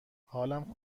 حالم